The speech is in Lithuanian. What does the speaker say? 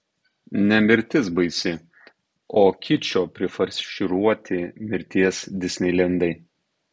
ne mirtis baisi o kičo prifarširuoti mirties disneilendai